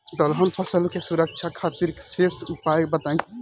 दलहन फसल के सुरक्षा खातिर विशेष उपाय बताई?